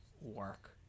work